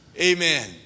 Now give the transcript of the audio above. Amen